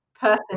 person